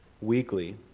weekly